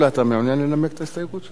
אתה מעוניין לנמק את ההסתייגות שלך?